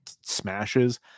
smashes